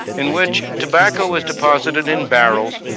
in which tobacco was deposited in barrels,